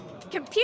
Computer